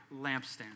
lampstand